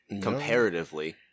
comparatively